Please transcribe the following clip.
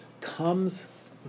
comes